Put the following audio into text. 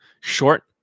short